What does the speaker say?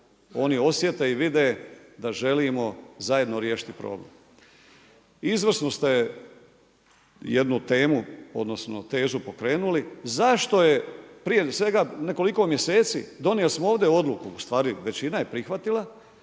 oni osjete i vide da želimo zajedno riješiti problem. Izvrsno ste jednu temu, odnosno tezu pokrenuli. Zašto je prije svega nekoliko mjeseci donijeli smo ovdje odluku, u stvari većina je prihvatila